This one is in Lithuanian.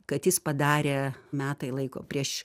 kad jis padarė metai laiko prieš